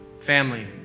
Family